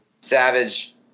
Savage